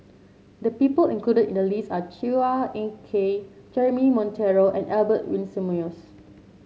the people included in the list are Chua Ek Kay Jeremy Monteiro and Albert Winsemius